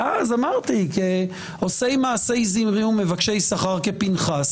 ואז אמרתי - עושי מעשה זמרי ומבקשי שכר כפנחס.